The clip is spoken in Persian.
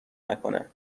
نکنه